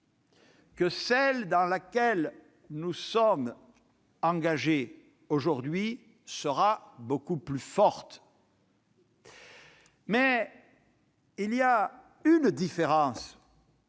que celle dans laquelle nous sommes engagés aujourd'hui sera beaucoup plus forte. Je perçois toutefois une différence,